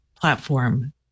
platform